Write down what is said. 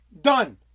Done